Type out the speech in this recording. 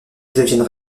deviennent